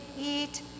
eat